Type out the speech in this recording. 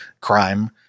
crime